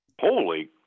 Holy